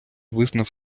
визнав